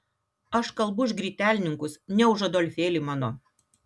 aš kalbu už grytelninkus ne už adolfėlį mano